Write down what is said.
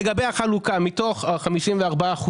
לגבי החלוקה מתוך 54%